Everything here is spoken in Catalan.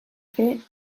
fer